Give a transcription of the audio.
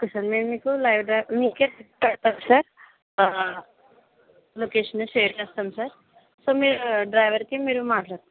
okay sir నేను మీకు live location పెడతాం సార్ ఆ లొకేషన్ షేర్ చేస్తాం సార్ సో మీరు డ్రైవర్ కి మీరు మాట్లాడండి